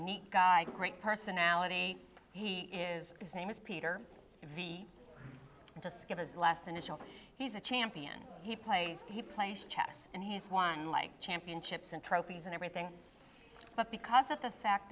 nice guy great personality he is his name is peter the disc of his last initials he's a champion he plays he plays chess and he's won like championships and trophies and everything but because of the fact